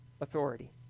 authority